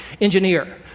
engineer